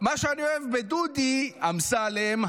שאני אוהב בדודי אמסלם,